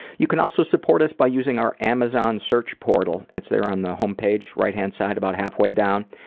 you can also support us by using our amazon search portal. it's there on the homepage, right hand side about halfway down.